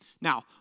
Now